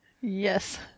Yes